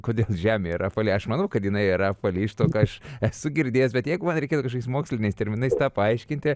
kodėl žemė yra apvali aš manau kad jinai yra apvali iš to ką aš esu girdėjęs bet jeigu man reikėtų kažkokiais moksliniais terminais tą paaiškinti